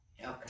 Okay